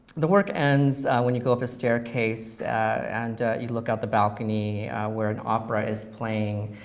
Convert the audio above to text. the work ends when you go up a staircase and you look out the balcony where an opera is playing,